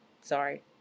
Sorry